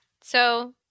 so-